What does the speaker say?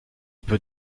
peut